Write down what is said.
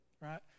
right